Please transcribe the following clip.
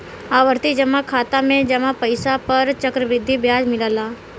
आवर्ती जमा खाता में जमा पइसा पर चक्रवृद्धि ब्याज मिलला